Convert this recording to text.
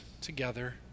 together